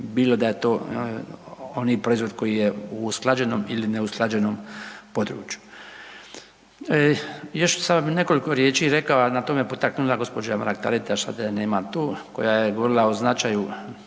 bilo da da je to onaj proizvod koji je u usklađenom ili neusklađenom području. Još bi samo nekoliko riječi rekao, a na to me potaknula gospođa Mrak Tatitaš, sada je nema tu koja je govorila o značaju